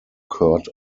court